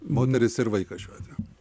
moteris ir vaikas šiuo atveju